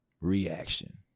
reaction